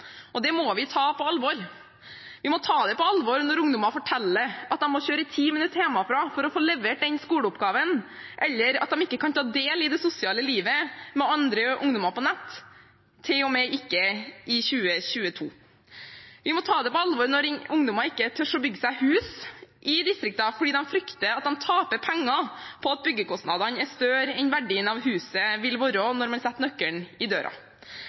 og det må vi ta på alvor. Vi må ta på alvor når ungdommer forteller at de må kjøre i 10 minutter hjemmefra for å få levert en skoleoppgave, eller at de ikke kan ta del i det sosiale livet med andre ungdommer på nett, selv ikke i 2022. Vi må ta det på alvor når ungdommer ikke tør å bygge seg hus i distriktene fordi de frykter at de taper penger på at byggekostnadene vil være større enn verdien av huset når man setter nøkkelen i døra.